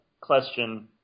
question